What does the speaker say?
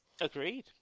Agreed